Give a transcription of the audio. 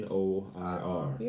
Noir